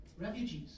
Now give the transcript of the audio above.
refugees